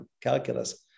calculus